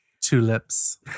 Tulips